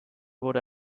wurde